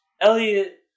Elliot